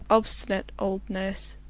obstinate old nurse.